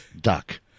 duck